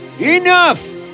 Enough